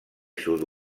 sud